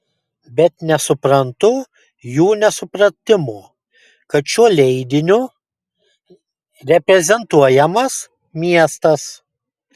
bet nesuprantu jų nesupratimo kad šiuo leidiniu reprezentuojamas miestas